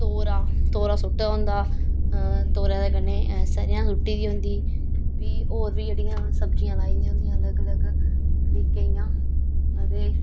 तोरा तोरा सुट्टे दा होंदा तोरा दे कन्नै सरेआं सुट्टी दी होंदी फ्ही होर जेह्ड़ियां सब्ज़ियां लाई दियां होंदियां अलग अलग तरीकें दियां ते